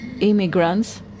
immigrants